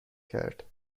کرد